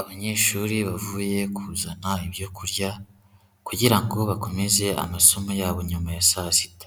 Abanyeshuri bavuye kuzana ibyo kurya kugira ngo bakomeze amasomo yabo nyuma ya saa sita.